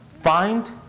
Find